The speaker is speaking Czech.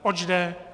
Oč jde.